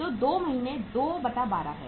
तो 2 महीने 212 है